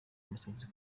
umusazi